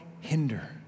hinder